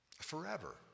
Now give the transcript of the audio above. Forever